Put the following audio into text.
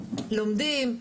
לומדים,